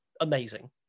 Amazing